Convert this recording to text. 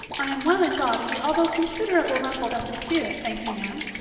i am well in body although considerable rumpled up in spirit, thank you ma'am,